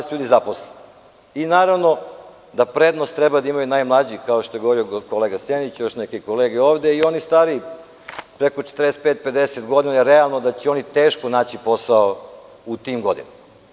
Naravno da prednost trebaju da imaju najmlađi, kao što je govorio kolega Senić i još neke kolege ovde, i oni stariji preko 45, 50 godina realno da će teško naći posao u tim godinama.